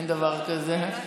אין דבר כזה.